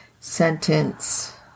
sentence